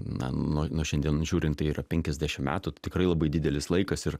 na nuo nuo šiandien žiūrint tai yra penkiasdešimt metų tikrai labai didelis laikas ir